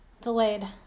Delayed